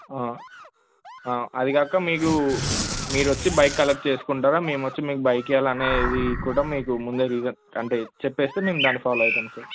అదిగాక మీరు మీరు వచ్చి బైక్ కలెక్ట్ చేసుకుంటారా మేము వచ్చి మీకు బైక్ ఇవ్వాళ అనేది కూడా మీకు ముందే రీజన్ అంటే చెప్పేస్తే మేము దాన్ని ఫాలో అవుతాము సార్